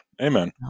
amen